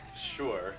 Sure